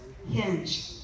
Hinge